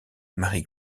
mary